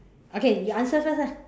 okay you answer first ah